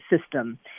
system